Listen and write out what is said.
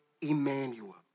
Emmanuel